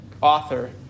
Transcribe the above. author